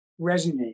resonate